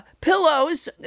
pillows